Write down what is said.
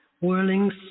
whirling